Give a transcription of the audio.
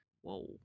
Whoa